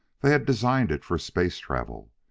they had designed it for space-travel.